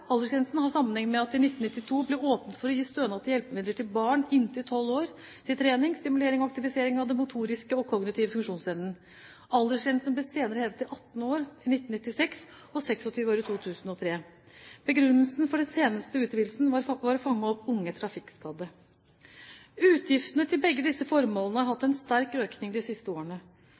sammenheng med at det i 1992 ble åpnet for å gi stønad til hjelpemidler til barn inntil 12 år til trening, stimulering og aktivisering av den motoriske og kognitive funksjonsevnen. Aldersgrensen ble senere hevet til 18 år i 1996 og 26 år i 2003. Begrunnelsen for den seneste utvidelsen var å fange opp unge trafikkskadde. Utgiftene til begge disse formålene har hatt en sterk økning de siste årene.